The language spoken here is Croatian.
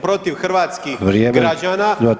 protiv hrvatskih građana